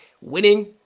winning